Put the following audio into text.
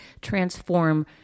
transform